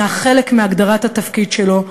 הנה חלק מהגדרת התפקיד שלו,